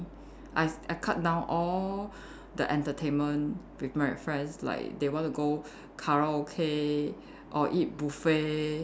I I cut down all the entertainment with my friends like they want to go karaoke or eat buffet